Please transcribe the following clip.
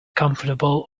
comfortable